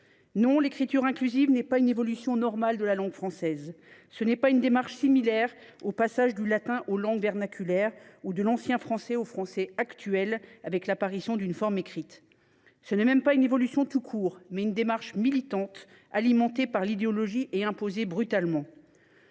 Non, l’écriture inclusive n’est pas une évolution normale de la langue française. Ce n’est pas une démarche similaire au passage du latin aux langues vernaculaires ou de l’ancien français au français actuel avec l’apparition d’une forme écrite. Ce n’est pas même une évolution tout court ; c’est une démarche militante alimentée par l’idéologie et imposée brutalement.